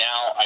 Now